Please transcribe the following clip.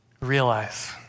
realize